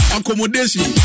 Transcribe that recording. Accommodation